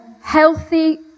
healthy